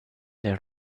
their